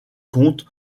contes